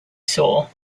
saw